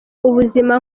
ubuzima